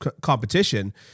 competition